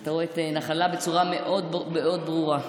אתה רואה את נחלה בצורה מאוד מאוד ברורה.